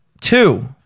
two